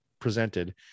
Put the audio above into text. presented